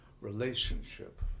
relationship